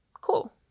cool